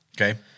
Okay